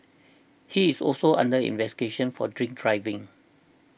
he is also under investigation for drink driving